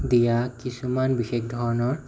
দিয়া কিছুমান বিশেষ ধৰণৰ